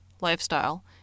lifestyle